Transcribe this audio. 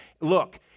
Look